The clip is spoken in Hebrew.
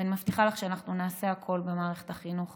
ואני מבטיחה לך שאנחנו נעשה הכול במערכת החינוך